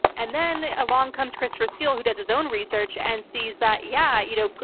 and then along comes christopher steele, who does his own research and sees that yeah, you know